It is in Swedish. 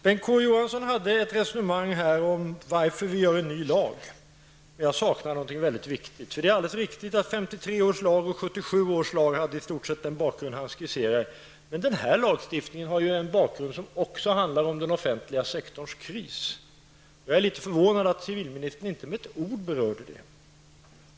Bengt K Å Johansson förde ett resonemang om varför vi stiftar en ny lag, men jag saknar något mycket viktigt. Det är alldeles riktigt att 1953 års lag och 1977 års lag hade i stort sett den bakgrund han skisserade, men den här lagstiftningen har en bakgrund som även handlar om den offentliga sektorns kris. Jag är litet förvånad över att civilministern inte med ett ord berörde detta.